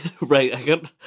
right